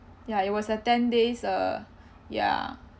ya it was a ten days uh ya